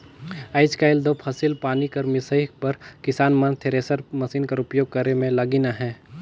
आएज काएल दो फसिल पानी कर मिसई बर किसान मन थेरेसर मसीन कर उपियोग करे मे लगिन अहे